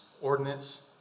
Ordinance